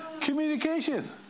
communication